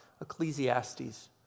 Ecclesiastes